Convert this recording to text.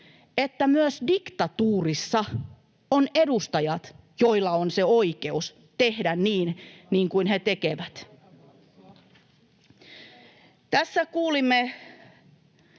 että myös diktatuurissa on edustajat, joilla on se oikeus tehdä niin kuin he tekevät. [Oikealta: